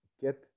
get